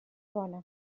bona